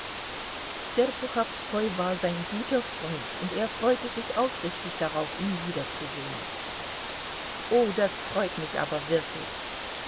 serpuchowskoi war sein guter freund und er freute sich aufrichtig darauf ihn wiederzusehen oh das freut mich aber wirklich